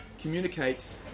Communicates